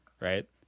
right